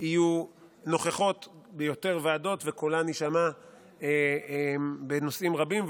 יהיו נוכחות ביותר ועדות וקולן יישמע בנושאים רבים,